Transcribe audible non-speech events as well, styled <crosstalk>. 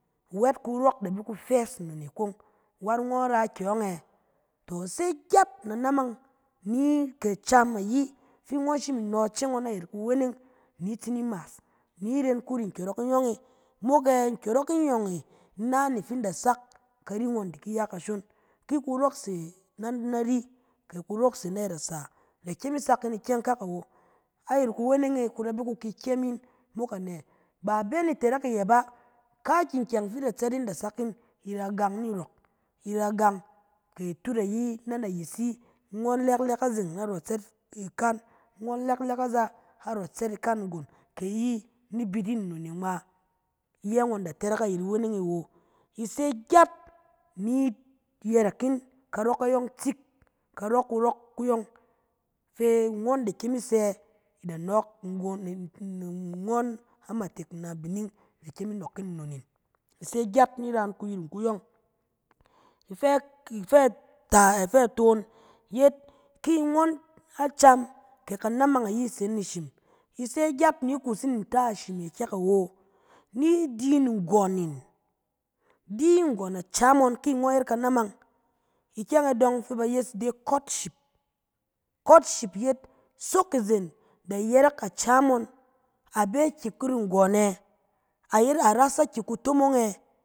Wɛt kurɔk da bi ku fes nnon e kɔng, wat ngɔn ra akyɛ kɔng ɛ?, to i se gyat nanamang ni kɛ cam ayi, fi ngɔn shim i nɔ ice ngɔn ayɛt kuweneng, ni tsi ni maas, ni i ren kuri nkyɔrɔk nyɔng e, mok e nkyɔrɔk nyɔng e na ne fin in da sak kari ngɔn di ki ya kashon. Ki kurɔk sɛ na- nari, kɛ kurɔk se nayɛt nasa, da kyem i sak yin ikyɛng kak awo. Ayɛt kuweneng e ku da bi ku ku kyem in, mok anɛ? Ba i bɛ yin itɛrɛk iyɛ bà, ka akik kyɛng fi i da tsɛt yin, da sak yin, i da gang ni rɔ, i da gang, kɛ atut ayi na nayisi, ngɔn lɛllɛl azeng narɔ itsɛt ikan, ngɔn lɛllɛl aza narɔ itsɛt ikan nggon, kɛ ayi ni bit yin nnon e ngma, iyɛ ngɔn da tɛrɛk ayɛt iweneng e wo. I se gyat ni i yɛrɛk yin karɔ kayɔng tsik, karɔ kurɔk kuyɔng, fɛ ngɔn da kyem i sɛ da nɔɔk nggon- in nnon <hesitation> ngnɔn amatek na bining, da kyem i nɔɔk yin nnon 'in, i se gyat ni ra yin kurining kuyɔng. Ifɛ- taat, ifɛ- toon yet, ki ngɔn acam kɛ kanamang ayi, i se yin ayɛt ishim, i se gyat ni kuus yin ntek ishim e kyɛk awo, ni di yin nggɔn yin, di nggɔn acam ngɔn ki ngɔn yet kanamang, ikyɛng e dɔng fɛ ba yes cotship. Cotship yet, sok izen da yɛrɛk acam ngɔn, a bɛ akyɛ kuri nggɔn ɛ? A yet, a ras akyi kutomong ɛ?